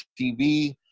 TV